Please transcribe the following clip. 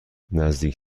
نزدیک